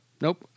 nope